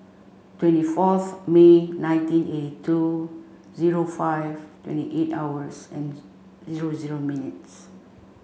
twenty fourth May nineteen eighty two zero five twenty eight hours and zero zero minutes